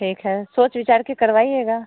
ठीक है सोच विचार के करवाइएगा